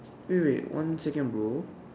wait wait one second bro